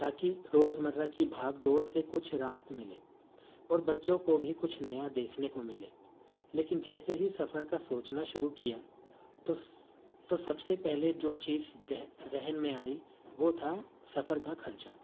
تاکہ روز مرہ کی بھاگ دوڑ سے کچھ راحت ملے اور بچوں کو بھی کچھ نیا دیکھنے کو ملے لیکن جیسے ہی سفر کا سوچنا شروع کیا تو تو سب سے پہلے جو چیز جو ذہن میں آئی وہ تھا سفر کا خرچہ